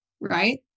right